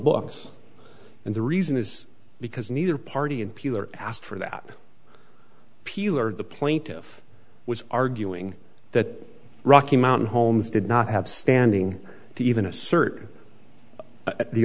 books and the reason is because neither party and asked for that peeler the plaintive was arguing that rocky mountain homes did not have standing to even assert